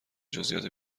جزییات